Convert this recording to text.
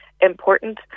important